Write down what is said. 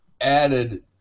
added